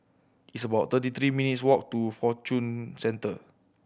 it's about thirty three minutes' walk to Fortune Centre